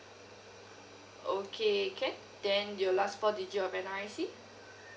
okay can then your last four digit of N_R_I_C